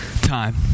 time